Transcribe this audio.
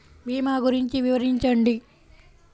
భీమా గురించి వివరించండి?